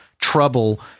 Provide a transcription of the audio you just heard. trouble